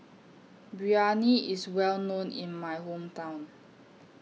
Biryani IS Well known in My Hometown